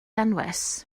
anwes